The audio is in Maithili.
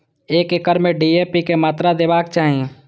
एक एकड़ में डी.ए.पी के मात्रा देबाक चाही?